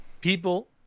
people